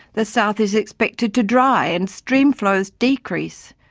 the south is expected to dry and stream flows decrease,